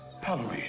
Halloween